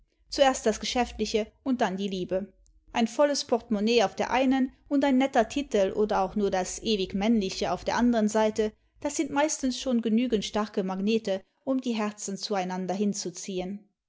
zuerst das geschäftliche und dann die liebe ein volles portemonnaie auf der einen und ein netter titel oder auch nur das ewig männliche auf der anderen seite das sind meistens schon genügend starke magnete um die herzen zueinander hinzuziehen